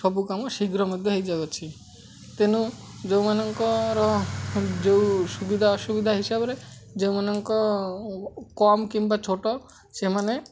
ସବୁ କାମ ଶୀଘ୍ର ମଧ୍ୟ ହେଇଯାଉ ଅଛି ତେଣୁ ଯେଉଁମାନଙ୍କର ଯେଉଁ ସୁବିଧା ଅସୁବିଧା ହିସାବରେ ଯେଉଁମାନଙ୍କ କମ୍ କିମ୍ବା ଛୋଟ ସେମାନେ